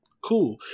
Cool